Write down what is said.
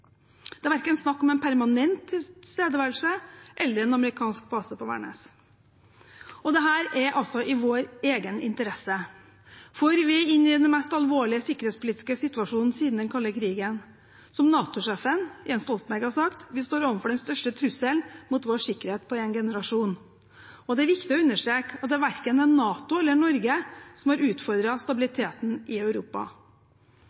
Det er verken snakk om en permanent tilstedeværelse eller en amerikansk base på Værnes. Dette er i vår egen interesse, for vi er inne i den mest alvorlige sikkerhetspolitiske situasjonen siden den kalde krigen. Som NATO-sjefen, Jens Stoltenberg, har sagt: Vi står overfor den største trusselen mot vår sikkerhet på én generasjon. Det er viktig å understreke at det verken er NATO eller Norge som har